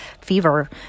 fever